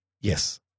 Yes